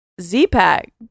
z-pack